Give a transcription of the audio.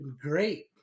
great